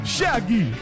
Shaggy